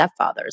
stepfathers